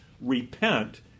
repent